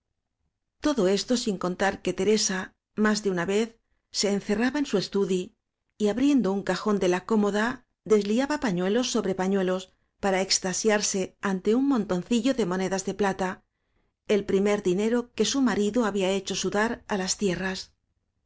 todo esto sin contar que teresa más de una vez se encerraba en su estudi y abriendoun cajón de la cómoda des liaba pañuelos sobre pañuelospara extasiarse ante un montoncillo de monedas de plata el primer dinero que su mari do había hecho sudar á las tierras